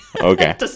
okay